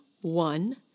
one